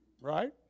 Right